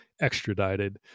extradited